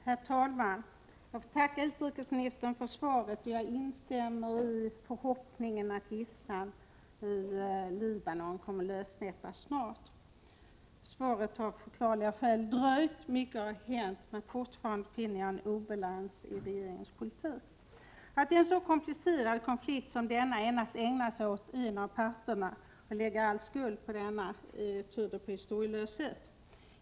Herr talman! Jag får tacka utrikesministern för svaret. Jag instämmer i förhoppningen att gisslan i Libanon kommer att släppas fri snart. Svaret på interpellationen har av förklarliga skäl dröjt. Mycket har hänt. Fortfarande finner jag emellertid en obalans i regeringens politik. Att i en så komplicerad konflikt som denna endast ägna sig åt en av parterna och lägga all skuld på denna tyder på historielöshet.